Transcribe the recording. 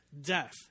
death